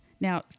Now